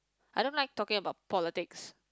I don't like talking about politics